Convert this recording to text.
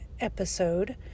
episode